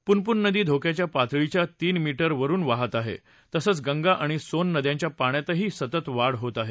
पुनपुन नदी धोक्याच्या पातळीच्या तीन मीटर वरून वाहत आहे तसंच गंगा आणि सोन नद्यांच्या पाण्यातही सतत वाढ होत आहे